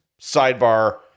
sidebar